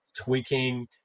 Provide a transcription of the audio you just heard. tweaking